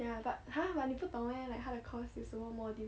ya but !huh! but 你不懂 meh like 他的 course 有什么 module